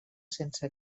sense